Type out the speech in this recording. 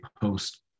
post